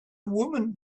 woman